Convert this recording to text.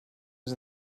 was